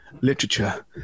literature